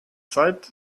zeit